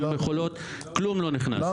כלום לא נכנס.